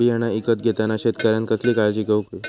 बियाणा ईकत घेताना शेतकऱ्यानं कसली काळजी घेऊक होई?